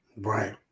right